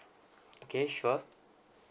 okay sure